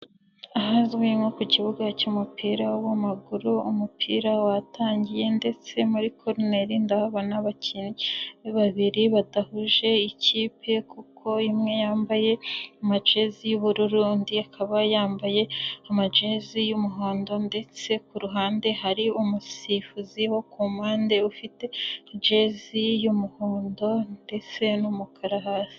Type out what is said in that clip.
Ahazwi nko ku kibuga cy'umupira w'amaguru, umupira watangiye ndetse muri koroneli ndahabona akakinnyi babiri badahuje ikipe, kuko imwe yambaye amajezi y'ubururu undi akaba yambaye amajezi y'umuhondo ndetse ku ruhande hari umusifuzi wo ku mpande ufite jezi y'umuhondo ndetse n'umukara hasi.